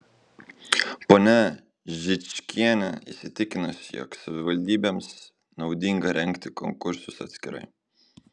ponia žičkienė įsitikinusi jog savivaldybėms naudinga rengti konkursus atskirai